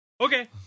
Okay